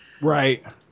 right